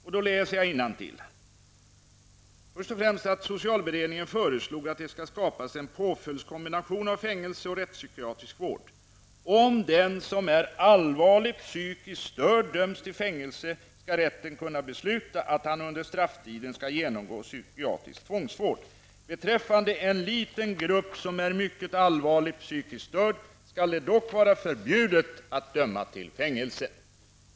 Under rubriken Socialberedningen sägs följande: ''Beredningen föreslog att det skall skapas en påföljdskombination av fängelse och rättspsykiatrisk vård. Om den som är allvarligt psykiskt störd döms till fängelse skall rätten kunna besluta att han under strafftiden skall genomgå psykiatrisk tvångsvård. Beträffande en liten grupp som är mycket allvarligt psykiskt störd skall det dock vara förbjudet att döma till fängelse.''